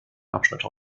abschnitte